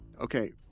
Okay